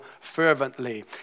fervently